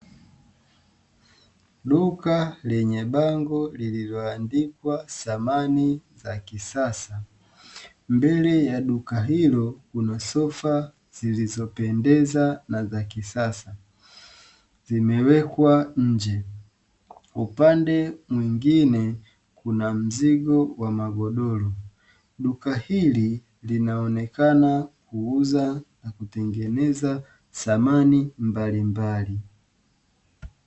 Duka lenye bango lililoandikwa "SAMANI ZA KISASA". Mbele ya duka hilo kuna sofa zilizopendeza na za kisasa, zimewekwa nje. Upande mwingine kuna mzigo wa magodoro. Duka hili linaonekana kuuza na kutengeneza samani mbalimbali.